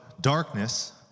darkness